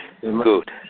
Good